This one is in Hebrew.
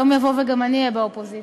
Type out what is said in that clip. יום יבוא וגם אני אהיה באופוזיציה,